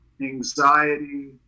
anxiety